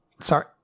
Sorry